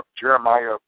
Jeremiah